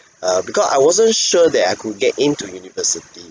uh because I wasn't sure that I could get into university